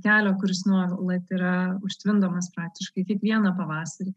kelio kuris nuolat yra užtvindomas praktiškai kiekvieną pavasarį